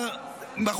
הוא גילה את השפה.